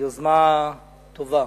יוזמה טובה.